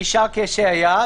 נשאר כשהיה,